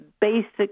basic